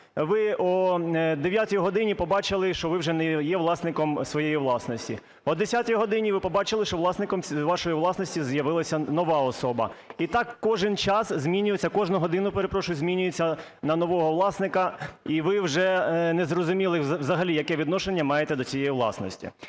ви о 9 годині побачили, що ви вже не є власником своєї власності, о 10 годині ви побачили, що власником вашої власності з'явилася нова особа і так кожен час змінювався, кожну годину, перепрошую, змінюється на нового власника, і ви вже, незрозуміло, взагалі яке відношення маєте до цієї власності.